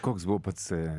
koks buvo pats